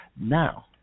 Now